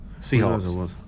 Seahawks